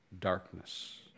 darkness